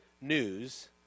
news